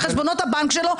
בחשבונות הבנק שלו,